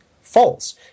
false